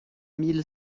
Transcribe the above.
mille